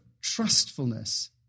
trustfulness